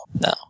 no